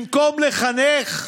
במקום לחנך,